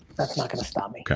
that's not gonna stop me okay.